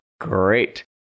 great